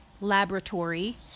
laboratory